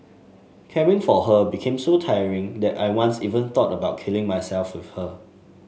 caring for her became so tiring that I once even thought of killing myself with her